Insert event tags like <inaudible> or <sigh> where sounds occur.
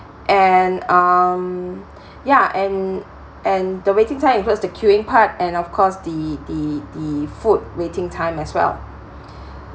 and um ya and and the waiting time includes the queuing part and of course the the the food waiting time as well <breath>